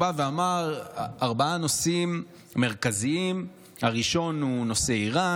הוא אמר ארבעה נושאים מרכזיים: הראשון הוא נושא איראן,